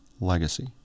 legacy